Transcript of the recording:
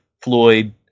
Floyd